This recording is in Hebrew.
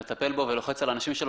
מטפל בו ולוחץ על האנשים שלו,